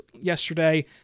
yesterday